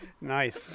nice